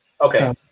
Okay